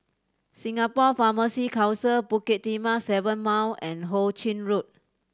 Singapore Pharmacy Council Bukit Timah Seven Mile and Ho Ching Road